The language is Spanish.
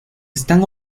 están